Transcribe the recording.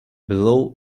below